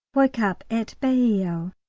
woke up at bailleul,